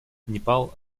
непал